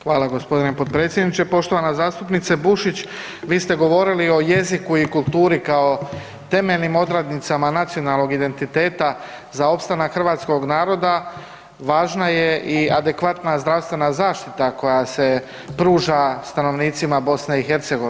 Hvala gospodine potpredsjedniče poštovana zastupnice Bušić, vi ste govorili o jeziku i kulturi kao temeljnim odradnicima nacionalnog identiteta za opstanak hrvatskog naroda važna je i adekvatna zdravstvena zaštita koja se pruža stanovnicima BiH.